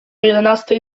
jedenastej